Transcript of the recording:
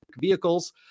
Vehicles